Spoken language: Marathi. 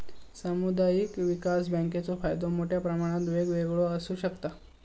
सामुदायिक विकास बँकेचो फायदो मोठ्या प्रमाणात वेगवेगळो आसू शकता